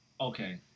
Okay